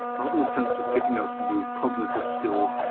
not in the sense of giving us new cognitive skills,